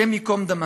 השם ייקום דמה.